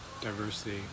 Diversity